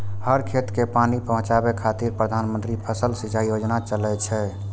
हर खेत कें पानि पहुंचाबै खातिर प्रधानमंत्री फसल सिंचाइ योजना चलै छै